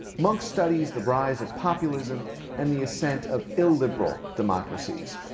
mounk studies the rise of populism and the ascent of illiberal democracies.